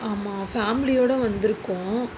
ஆமாம் ஃபேமிலியோட வந்துருக்கோம்